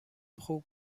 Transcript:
خوب